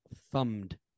thumbed